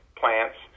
plants